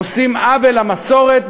עושים עוול למסורת,